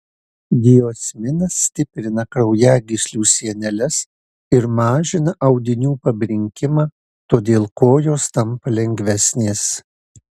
diosminas stiprina kraujagyslių sieneles ir mažina audinių pabrinkimą todėl kojos tampa lengvesnės